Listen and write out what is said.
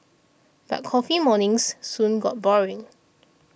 but coffee mornings soon got boring